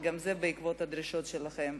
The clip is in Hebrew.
גם זה בעקבות הדרישות שלכם.